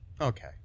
Okay